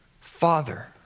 Father